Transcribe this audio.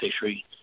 fishery